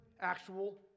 actual